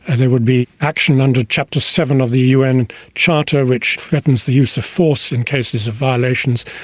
and there would be action under chapter seven of the un charter, which threatens the use of force in cases of violations.